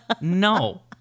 No